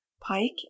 pike